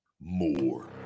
more